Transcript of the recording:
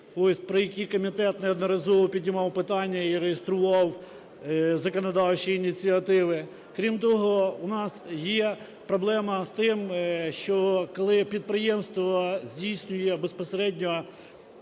про які комітет неодноразово піднімав питання і реєстрував законодавчі ініціативи. Крім того, у нас є проблема з тим, що, коли підприємство здійснює безпосередньо